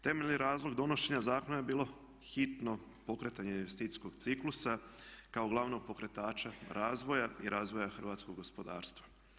Temeljni razlog donošenja zakona je bilo hitno pokretanje investicijskog ciklusa kao glavnog pokretača razvoja i razvoja hrvatskog gospodarstva.